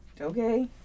okay